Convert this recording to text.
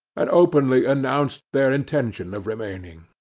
and openly announced their intention of remaining.